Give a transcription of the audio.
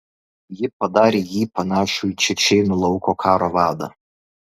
ji padarė jį panašų į čečėnų lauko karo vadą